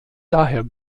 daher